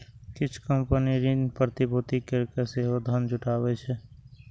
किछु कंपनी ऋण प्रतिभूति कैरके सेहो धन जुटाबै छै